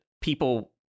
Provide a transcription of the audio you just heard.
people